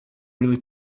really